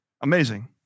Amazing